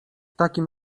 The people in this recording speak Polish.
takim